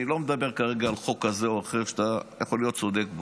אני לא מדבר כרגע על חוק כזה או אחר שאתה יכול להיות צודק בו,